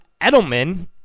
Edelman